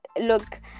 look